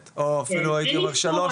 אפילו הייתי אומר מגיל שלוש.